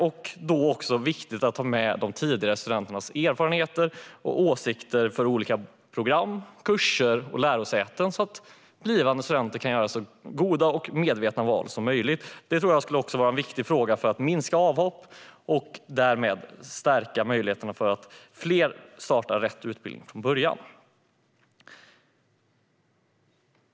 Då är det också viktigt att ta med de tidigare studenternas erfarenheter av och åsikter om olika program, kurser och lärosäten, så att blivande studenter kan göra så goda och medvetna val som möjligt. Det tror jag också skulle vara viktigt för att minska antalet avhopp och därmed stärka möjligheterna för att fler påbörjar rätt utbildning från början.